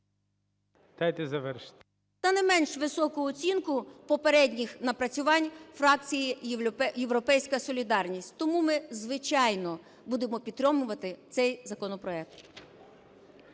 та не менш високу оцінку попередніх напрацювань фракції "Європейська солідарність". Тому ми, звичайно, будемо підтримувати цей законопроект.